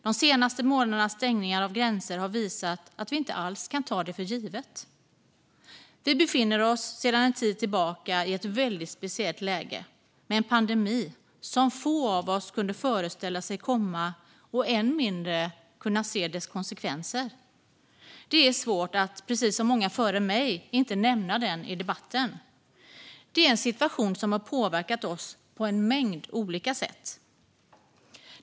De senaste månadernas stängning av gränser har visat att vi inte alls kan ta det för givet. Vi befinner oss sedan en tid tillbaka i ett väldigt speciellt läge, med en pandemi. Få av oss kunde föreställa sig den komma och än mindre se dess konsekvenser. Det är svårt för mig, precis som för många före mig, att inte nämna den i debatten. Det är en situation som har påverkat oss på en mängd olika sätt.